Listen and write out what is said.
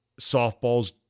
softball's